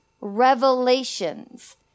revelations